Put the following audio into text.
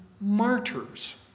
martyrs